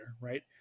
right